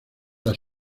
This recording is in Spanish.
las